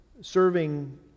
serving